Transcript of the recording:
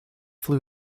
flu